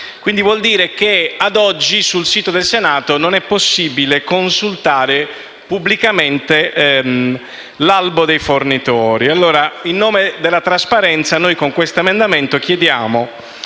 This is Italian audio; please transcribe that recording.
Ciò vuol dire che a oggi sul sito del Senato non è possibile consultare pubblicamente l'albo dei fornitori. Allora, in nome della trasparenza, con l'ordine del giorno G43 chiediamo